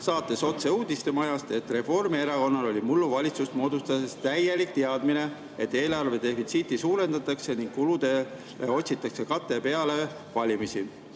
saates "Otse uudistemajast", et Reformierakonnal oli mullu valitsust moodustades täielik teadmine, et eelarve defitsiiti suurendatakse ning kuludele otsitakse kate peale valimisi,